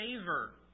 favor